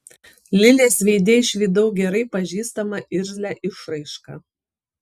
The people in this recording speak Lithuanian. lilės veide išvydau gerai pažįstamą irzlią išraišką